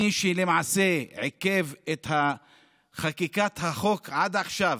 מי שלמעשה עיכב את חקיקת החוק עד עכשיו,